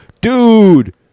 dude